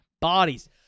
bodies